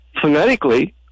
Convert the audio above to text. phonetically